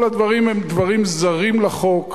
כל הדברים הם דברים זרים לחוק.